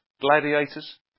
gladiators